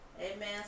Amen